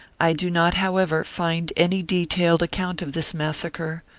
i do not, however, find any detailed account of this massacre,